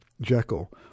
Jekyll